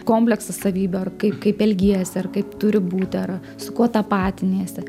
kompleksas savybių ar kaip kaip elgiesi ar kaip turi būti ar su kuo tapatiniesi